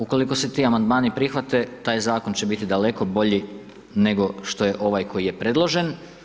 Ukoliko se ti Amandmani prihvate, taj Zakon će biti daleko bolji, nego što je ovaj koji je predložen.